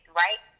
right